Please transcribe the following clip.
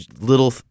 little